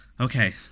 Okay